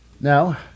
Now